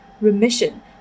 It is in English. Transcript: remission